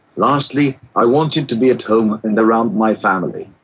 lastly, i wanted to be at home and around my family.